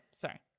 Sorry